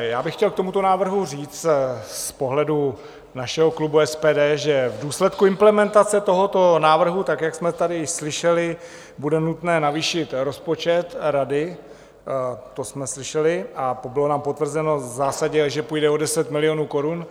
Já bych chtěl k tomuto návrhu říct z pohledu našeho klubu SPD, že v důsledku implementace tohoto návrhu, tak jak jsme tady slyšeli, bude nutné navýšit rozpočet Rady, to jsme slyšeli a bylo nám potvrzeno v zásadě, že půjde o 10 milionů korun.